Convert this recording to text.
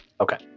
Okay